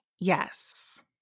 Yes